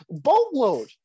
boatload